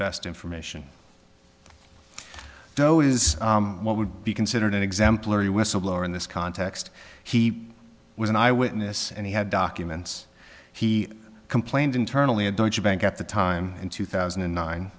best information though is what would be considered an exemplary whistleblower in this context he was an eye witness and he had documents he complained internally and don't you bank at the time in two thousand